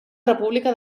república